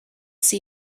see